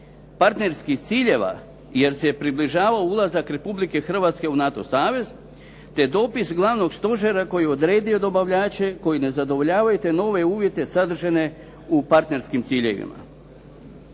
partnerskih ciljeva jer se približavao ulazak Republike Hrvatske u NATO savez, te dopis Glavnog stožera koji je odredio dobavljače koji ne zadovoljavaju te nove uvjete sadržane u partnerskim ciljevima.